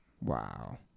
Wow